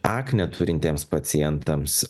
aknę turintiems pacientams